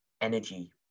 energy